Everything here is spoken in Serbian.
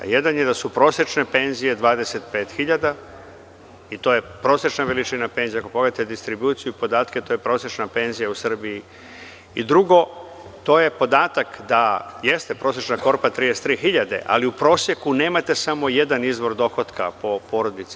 Jedan je da su prosečne penzije 25 hiljada i to je prosečna veličina penzija, ako pogledate distribuciju, podatke, to je prosečna penzija u Srbiji i drugo, to je podatak da jeste prosečna korpa 33 hiljade, ali u proseku nemate samo jedan izvor dohodka po porodici.